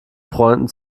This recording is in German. freunden